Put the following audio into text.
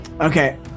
Okay